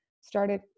started